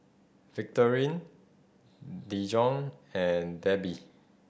Victorine Dijon and Debi